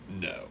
No